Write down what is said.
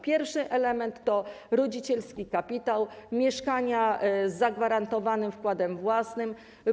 Pierwszy element to rodzicielski kapitał, mieszkania z zagwarantowanym wkładem własnym.